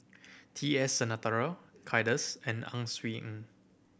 T S Sinnathuray Kay Das and Ang Swee Aun